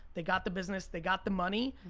they got the business, they got the money,